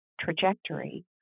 trajectory